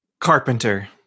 Carpenter